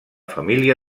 família